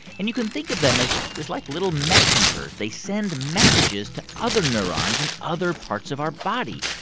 and you can think of them as like little messengers. they send messages to other neurons in other parts of our body.